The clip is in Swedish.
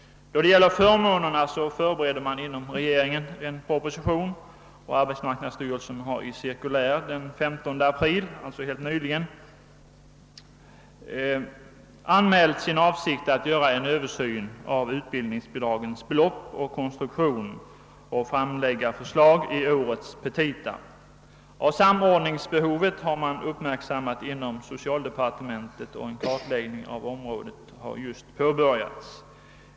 När det gäller förmånerna förbereder man inom regeringen en proposition. Arbetsmarknadsstyrelsen har i cirkulär den 15 april — alltså helt nyligen — anmält sin avsikt att göra en översyn av utbildningsbidragens storlek och konstruktion samt framlägga förslag i årets petita. Samordningsbehovet har man uppmärksammat inom <socialdepartementet, och en kartläggning av området har just påbörjats.